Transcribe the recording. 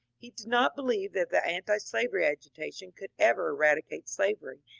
he did not believe that the antislavery agitation could ever eradicate slavery,